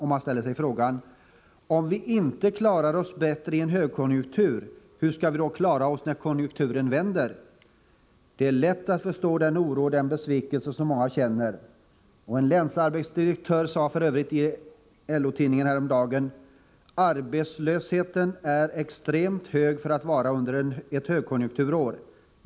Man ställer sig frågan: Om vi inte klarar oss bättre i en högkonjunktur, hur skall vi då kunna klara oss när konjunkturen vänder? Det är lätt att förstå den oro och den besvikelse som många känner. En länsarbetsdirektör sade f.ö. i LO-tidningen häromdagen: ”Arbetslösheten är extremt hög för att vara under ett högkonjunkturår.